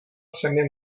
třemi